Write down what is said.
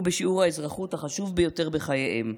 בשיעור האזרחית החשוב ביותר בחייהם,